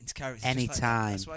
Anytime